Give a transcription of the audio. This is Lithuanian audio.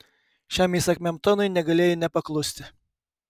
šiam įsakmiam tonui negalėjai nepaklusti